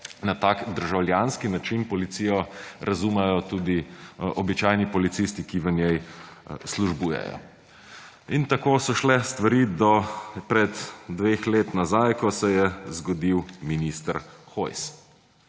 na tak državljanski način policijo tudi razumejo običajni policisti, ki v njej službujejo. In tako so šle stvari do pred dveh let nazaj, ko se je zgodil minister Hojs.